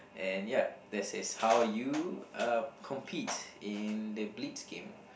and ya this is how you uh compete in the bleeds game